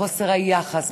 בחוסר היחס,